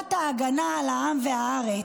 "חובת ההגנה על העם והארץ,